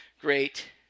great